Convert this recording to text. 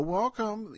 welcome